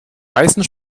meisten